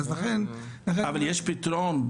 אבל יש פתרון.